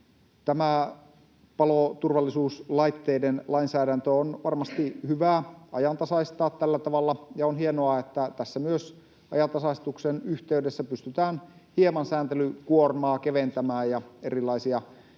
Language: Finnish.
Tämä paloturvallisuuslaitteiden lainsäädäntö on varmasti hyvä ajantasaistaa tällä tavalla. On hienoa, että tässä ajantasaistuksen yhteydessä pystytään myös hieman sääntelykuormaa keventämään ja erilaisia